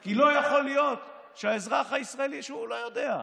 כי לא יכול להיות שהאזרח הישראלי, שהוא לא יודע,